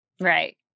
Right